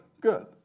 good